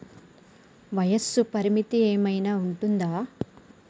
వయస్సు పరిమితి ఏమైనా ఉంటుందా?